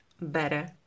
better